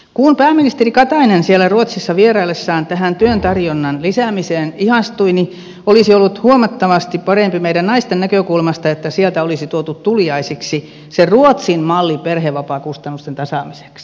kun pääministeri katainen siellä ruotsissa vieraillessaan tähän työn tarjonnan lisäämiseen ihastui niin olisi ollut huomattavasti parempi meidän naisten näkökulmasta että sieltä olisi tuotu tuliaisiksi se ruotsin malli perhevapaakustannusten tasaamiseksi